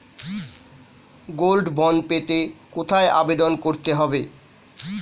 Gold bond পেতে কোথায় আবেদন করতে হবে?